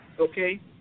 okay